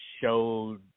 showed